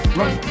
run